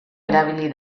erabili